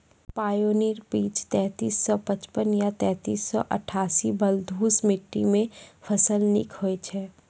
Pioneer बीज तेंतीस सौ पचपन या तेंतीस सौ अट्ठासी बलधुस मिट्टी मे फसल निक होई छै?